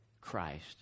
Christ